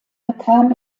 bekam